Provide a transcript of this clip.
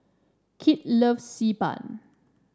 Kit loves Xi Ban